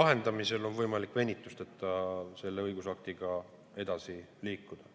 lahendamise korral on võimalik venitusteta selle õigusaktiga edasi liikuda.